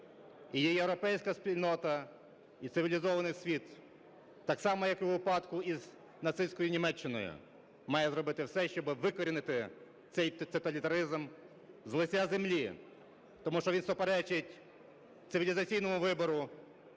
І європейська спільнота, і цивілізований світ так само, як і у випадку із нацистською Німеччиною, має зробити все, щоби викорінити цей тоталітаризм з лиця землі, тому що він суперечить цивілізаційному вибору,